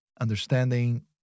understanding